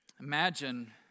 Imagine